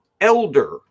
elder